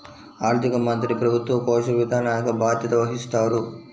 ఆర్థిక మంత్రి ప్రభుత్వ కోశ విధానానికి బాధ్యత వహిస్తారు